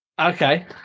Okay